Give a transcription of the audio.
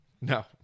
No